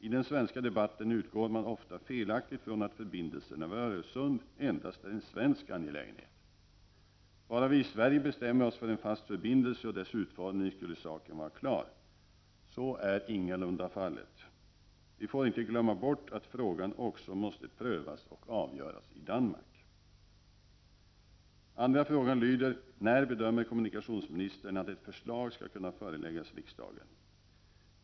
I den svenska debatten utgår man ofta felaktigt från att förbindelserna över Öresund endast är en svensk angelägenhet. Bara vi i Sverige bestämmer oss för en fast förbindelse och dess utformning skulle saken vara klar. Så är ingalunda fallet. Vi får inte glömma bort att frågan också måste prövas och avgöras i Danmark. Andra frågan lyder: När bedömer kommunikationsministern att ett förslag skall kunna föreläggas riksdagen?